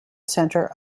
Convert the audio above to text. center